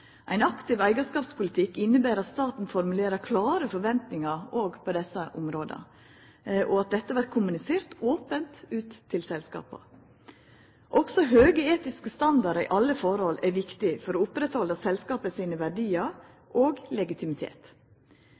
Ein aktiv eigarskapspolitikk inneber at staten formulerer klåre forventningar også på desse områda, og at dette vert kommunisert ope til selskapa. Også høge etiske standardar i alle forhold er viktig for å oppretthalda selskapa sine verdiar og deira legitimitet.